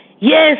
yes